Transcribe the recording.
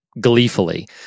gleefully